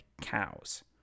cows